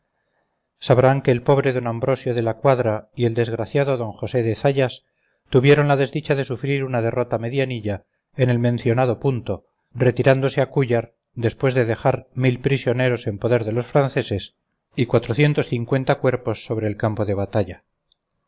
sabrán que el pobre d ambrosio de la cuadra y el desgraciado d josé de zayas tuvieron la desdicha de sufrir una derrota medianilla en el mencionado punto retirándose a cúllar después de dejar prisioneros en poder de los franceses y cuerpos sobre el campo de batalla